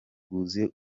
rwuzuye